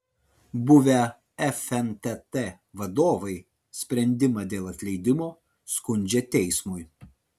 buvę fntt vadovai sprendimą dėl atleidimo skundžia teismui